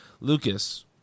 Lucas